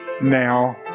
now